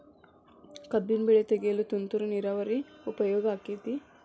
ಕಬ್ಬಿನ ಬೆಳೆ ತೆಗೆಯಲು ತುಂತುರು ನೇರಾವರಿ ಉಪಯೋಗ ಆಕ್ಕೆತ್ತಿ?